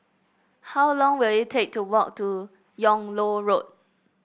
how long will it take to walk to Yung Loh Road